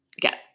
get